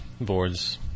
boards